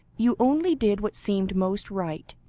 you only did what seemed most right.